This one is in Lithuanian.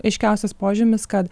aiškiausias požymis kad